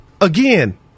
again